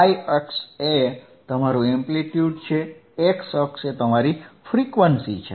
Y અક્ષ એ તમારું એમ્પ્લિટ્યુડ છે x અક્ષ એ તમારી ફ્રીક્વન્સી છે